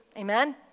Amen